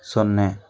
ಸೊನ್ನೆ